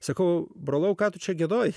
sakau brolau ką tu čia vienoje